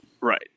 right